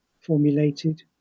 formulated